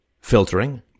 filtering